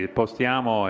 postiamo